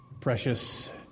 precious